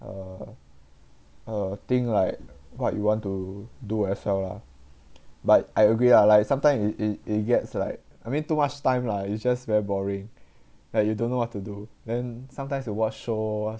uh uh think like what you want to do as well lah but I agree lah like sometimes it it it gets like I mean too much time lah it's just very boring like you don't know what to do then sometimes you watch shows